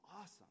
awesome